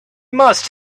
must